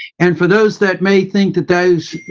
and for those that may think that those,